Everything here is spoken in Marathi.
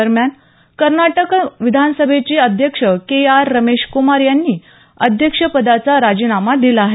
दरम्यान कर्नाटक विधानसभेचे अध्यक्ष के आर रमेशक्मार यांनी अध्यक्षपदाचा राजीनामा दिला आहे